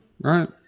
Right